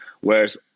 whereas